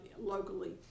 locally